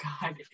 god